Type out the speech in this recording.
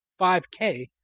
5K